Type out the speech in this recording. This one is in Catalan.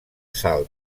salt